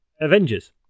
Avengers